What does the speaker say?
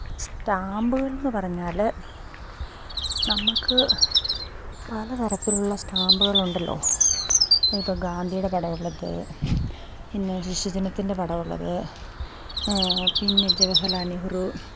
സ്റ്റാമ്പുകളെന്നു പറഞ്ഞാൽ നമുക്ക് പല തരത്തിലുള്ള സ്റ്റാമ്പുകളുണ്ടല്ലോ ഇപ്പം ഗാന്ധിയുടെ പടമുള്ളത് പിന്നെ ശിശുദിനത്തിൻ്റെ പടമുള്ളത് പിന്നെ ജവഹര്ലാൽ നെഹറു